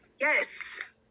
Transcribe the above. yes